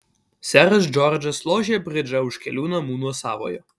seras džordžas lošė bridžą už kelių namų nuo savojo